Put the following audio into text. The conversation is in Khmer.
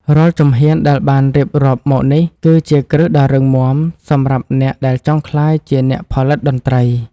រាល់ជំហានដែលបានរៀបរាប់មកនេះគឺជាគ្រឹះដ៏រឹងមាំសម្រាប់អ្នកដែលចង់ក្លាយជាអ្នកផលិតតន្ត្រី។